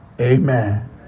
Amen